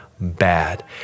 Bad